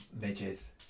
midges